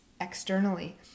externally